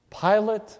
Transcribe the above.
Pilate